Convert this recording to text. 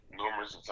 numerous